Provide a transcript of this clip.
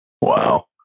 wow